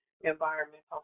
environmental